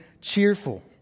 cheerful